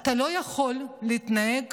אתה לא יכול להתנהג